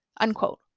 unquote